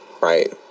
right